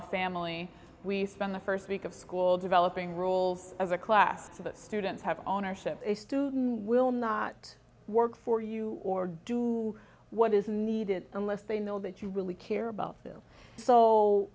a family we spend the first week of school developing roles as a class that students have ownership of a student will not work for you or do what is needed unless they know that you really care about them so